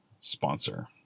sponsor